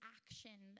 action